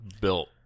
built